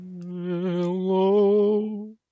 Hello